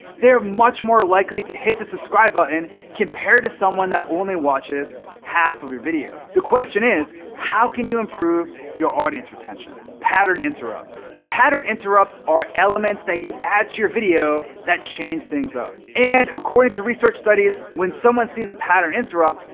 they're much more likely to hit the subscribe button compared to someone that only watches half of your video. the question is, how can you improve your audience retention. patter interrupts. pattern interrupts are elements that you add to your video that change things up. and according to research studies, when someone sees a pattern interrupt,